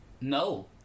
No